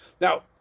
Now